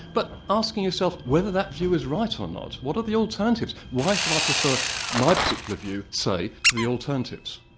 but asking yourself whether that view is right or not. what are the alternatives? why should i prefer my particular view say, to the alternatives?